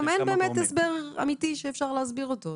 גם אין הסבר אמיתי שאפשר להסביר אותו.